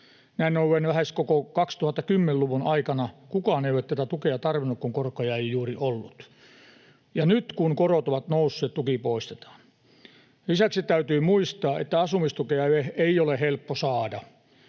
Näin ollen lähes koko 2010-luvun aikana kukaan ei ole tätä tukea tarvinnut, kun korkoja ei juuri ollut, ja nyt, kun korot ovat nousseet, tuki poistetaan. Lisäksi täytyy muistaa, että asumistukea ei ole helppo saada.